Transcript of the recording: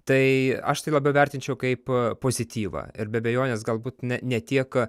tai aš tai labiau vertinčiau kaip pozityvą ir be abejonės galbūt ne ne tiek